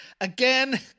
again